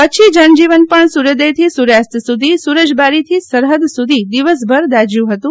કચ્છી જનજીવન પણ સૂર્યોદયથી સૂર્યાસ્ત સુધી સૂરજબારીથી સરફદ સુધી દિવસભર દાઝયું ફતું